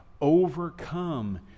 Overcome